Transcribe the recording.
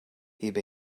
heb